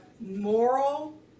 moral